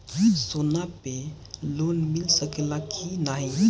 सोना पे लोन मिल सकेला की नाहीं?